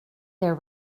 their